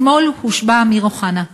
אתמול הושבע אמיר אוחנה,